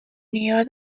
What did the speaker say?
near